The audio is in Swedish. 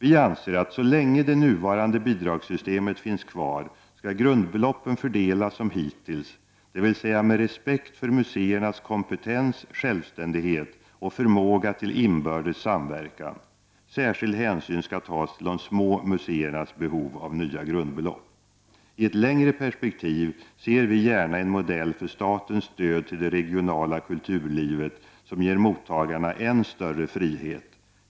Vi anser att så länge det nuvarande bidragssystemet finns kvar skall grundbeloppen fördelas som hittills, dvs. med respekt för museernas kompetens, självständighet och förmåga till inbördes samverkan. Särskild hänsyn skall tas till de små museernas behov av nya grundbelopp. I ett längre perspektiv ser vi gärna en modell för statens stöd till det regionala kulturlivet som ger mottagarna ännu större frihet.